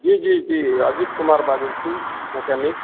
जी जी जी अजीत कुमार बाजै छी मैकेनिक